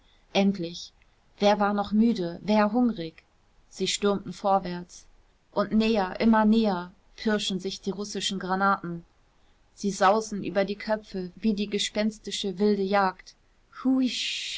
endlich wer war noch müde wer hungrig sie stürmten vorwärts und näher immer näher pirschen sich die russischen granaten sie sausen über die köpfe wie die gespenstische wilde jagd